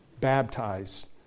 baptized